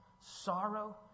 sorrow